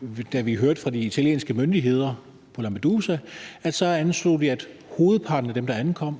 vi, da vi hørte fra de italienske myndigheder på Lampedusa, anslog, at hovedparten af dem, der ankom